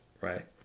right